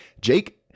Jake